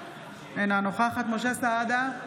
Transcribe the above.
אינה נוכחת משה סעדה,